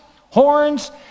horns